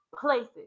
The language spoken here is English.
places